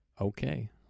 Okay